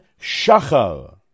Shachar